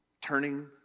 turning